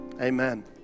Amen